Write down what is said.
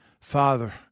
Father